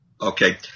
Okay